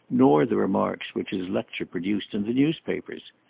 nor the remarks which his lecture produced in the newspapers.